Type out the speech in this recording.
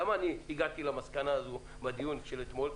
למה הגעתי למסקנה בדיון של אתמול,